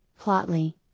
Plotly